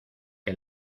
que